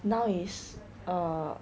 now is err